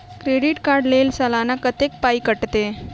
Credit card कऽ लेल सलाना कत्तेक पाई कटतै?